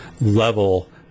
level